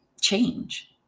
change